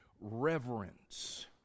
Reverence